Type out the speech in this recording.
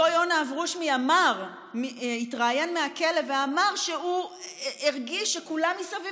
אותו יונה אברושמי התראיין מהכלא ואמר שהוא הרגיש שכולם מסביב